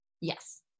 Yes